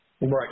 Right